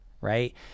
right